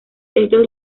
estos